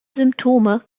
symptome